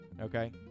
Okay